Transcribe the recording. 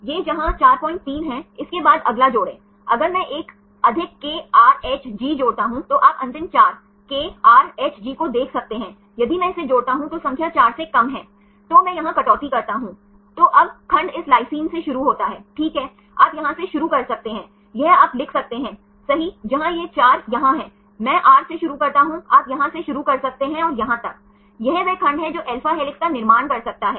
तो इस मामले में उन्होंने पाया है कि इस के phi कोण phi कोण के लिए सीमा है और यह psi कोण के लिए सीमा है और यह psi है यह phi है सही ओर आप x अक्ष को phi सही और y अक्ष के रूप में रखते हैं psi को सही है और कहते हैं कि यह वह क्षेत्र है जहां वे इन अवशेषों को सही ढंग से समायोजित कर सकते हैं यदि यह बिना किसी कठोर संघर्ष के एक अल्फा हेलिकल संचलन है